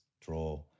draw